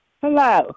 Hello